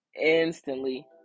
Instantly